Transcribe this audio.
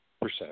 percent